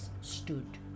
stood